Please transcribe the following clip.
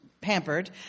pampered